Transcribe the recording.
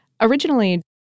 Originally